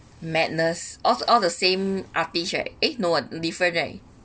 madness of all the same artist right !yay! no ah different right